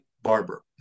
Barber